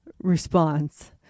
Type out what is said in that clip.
response